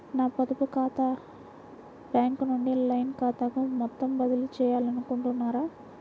నా పొదుపు బ్యాంకు ఖాతా నుంచి లైన్ ఖాతాకు మొత్తం బదిలీ చేయాలనుకుంటున్నారా?